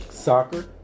Soccer